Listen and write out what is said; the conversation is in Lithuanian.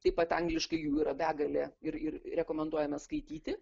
taip pat angliškai jų yra begalė ir ir rekomenduojame skaityti